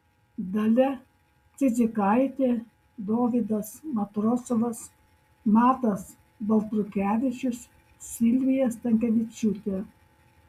dalia cidzikaitė dovydas matrosovas matas baltrukevičius silvija stankevičiūtė